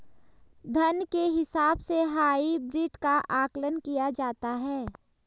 धन के हिसाब से हाइब्रिड का आकलन किया जाता है